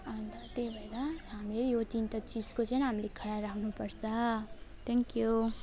अन्त त्यही भएर हामीले यो तिनवटा चिजको चाहिँ हामीले खयाल राख्नुपर्छ थ्याङ्क्यु